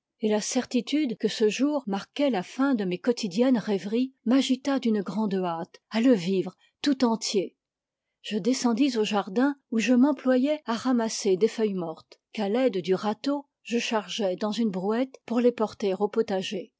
et la certitude que ce jour marquait la fin de mes quotidiennes rêveries m'agita d'une grande hâte à le vivre tout entier je descendis au jardin où je m'employai à ramasser des feuilles mortes qu'à l'aide du rateau je chargeai dans une brouette pour les porter au potager